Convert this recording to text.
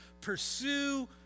pursue